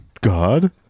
God